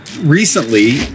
recently